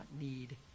need